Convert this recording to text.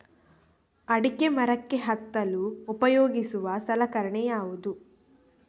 ಅಡಿಕೆ ಮರಕ್ಕೆ ಹತ್ತಲು ಉಪಯೋಗಿಸುವ ಸಲಕರಣೆ ಯಾವುದು?